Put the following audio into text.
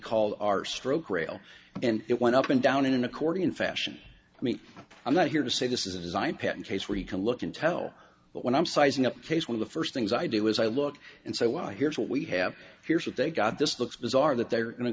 call our stroke rail and it went up and down in an accordion fashion i mean i'm not here to say this is a design patent case where you can look intel but when i'm sizing up case one of the first things i do is i look and say well here's what we have here's what they've got this looks bizarre that they're going to